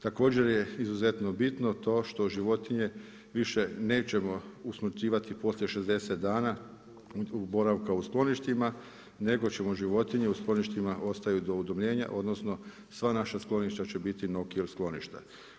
Također je izuzetno bitno to što životinje više nećemo usmrćivati poslije 60 dana boravka u skloništima, nego ćemo životinje u skloništima ostaju do udomljenja, odnosno, sva naša skloništa će biti no kill skloništa.